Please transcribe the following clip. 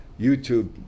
YouTube